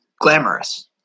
glamorous